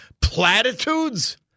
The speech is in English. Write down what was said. platitudes